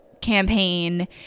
campaign